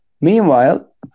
Meanwhile